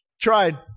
tried